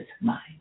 mind